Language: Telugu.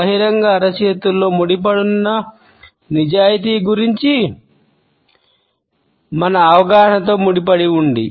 బహిరంగ అరచేతులు ముడిపడివున్న నిజాయితీ గురించి మన అవగాహనతో ముడిపడి ఉంది